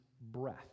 breath